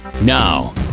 Now